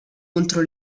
contro